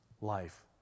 life